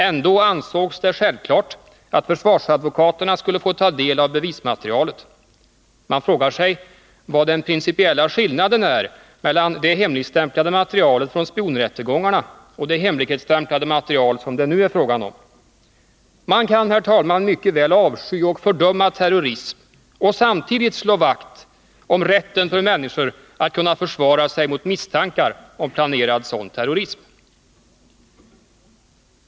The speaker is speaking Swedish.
Ändå ansågs det självklart att försvarsadvokaterna skulle få ta del av bevismaterialet. Man frågar sig vad den principiella skillnaden är mellan det hemligstämplade materialet från spionrättegångar na och det hemligstämplade material som det nu är fråga om. Man kan, herr talman, mycket väl avsky och fördöma terrorism och samtidigt slå vakt om rätten för människor att försvara sig mot misstankar om planerad sådan terrorism.